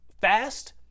Fast